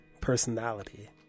personality